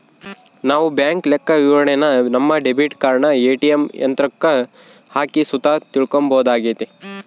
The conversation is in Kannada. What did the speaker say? ನಾವು ಬ್ಯಾಂಕ್ ಲೆಕ್ಕವಿವರಣೆನ ನಮ್ಮ ಡೆಬಿಟ್ ಕಾರ್ಡನ ಏ.ಟಿ.ಎಮ್ ಯಂತ್ರುಕ್ಕ ಹಾಕಿ ಸುತ ತಿಳ್ಕಂಬೋದಾಗೆತೆ